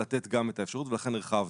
לתת גם את האפשרות ולכן הרחבנו,